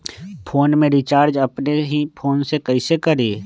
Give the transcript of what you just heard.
Phone में recharge अपने ही फ़ोन से कईसे करी?